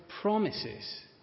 promises